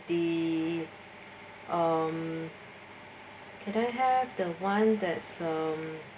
the um can I have the [one] that some